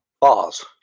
bars